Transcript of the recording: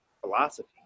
philosophy